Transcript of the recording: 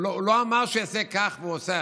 הוא לא אמר שהוא יעשה כך והוא עושה אחרת.